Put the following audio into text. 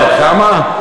בת כמה?